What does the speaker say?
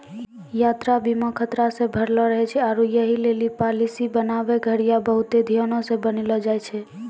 यात्रा बीमा खतरा से भरलो रहै छै आरु यहि लेली पालिसी बनाबै घड़ियां बहुते ध्यानो से बनैलो जाय छै